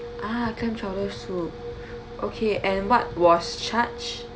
ah clam chowder soup okay and what was charged